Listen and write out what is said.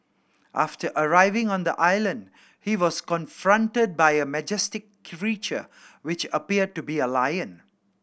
after arriving on the island he was confronted by a majestic creature which appeared to be a lion